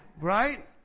right